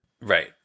Right